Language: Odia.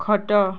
ଖଟ